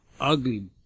ugly